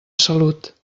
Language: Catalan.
salut